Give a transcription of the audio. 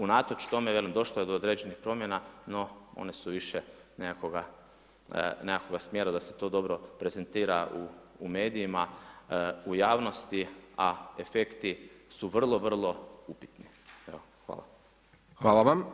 Unatoč tome, velim, došlo je do određenim promjena, no, one su više nekakvog smjera da se to dobro prezentira u medijima, u javnosti, a efekti su vrlo, vrlo upitni.